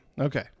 Okay